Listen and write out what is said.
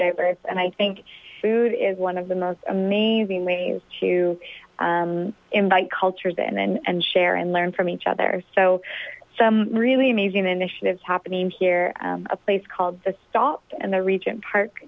diverse and i think food is one of the most amazing ways to invite cultures and then and share and learn from each other so some really amazing initiatives happening here a place called the stopped and the regent park